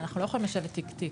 אנחנו לא יכולים לשבת תיק תיק.